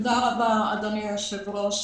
תודה רבה, אדוני היושב-ראש,